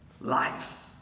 life